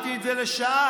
נכון.